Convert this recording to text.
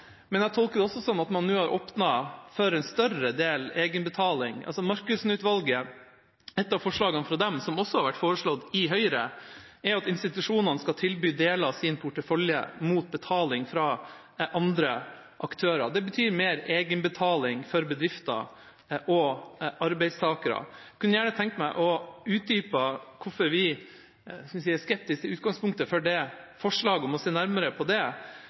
Men jeg tolker det også som at man nå har åpnet for en større andel egenbetaling. Et av forslagene fra Markussen-utvalget, som også har vært foreslått av Høyre, er at institusjonene skal tilby deler av sin portefølje mot betaling fra andre aktører. Det betyr mer egenbetaling for bedrifter og arbeidstakere. Jeg kunne gjerne tenkt meg å utdype hvorfor vi er skeptiske til utgangspunktet for forslaget om å se nærmere på det.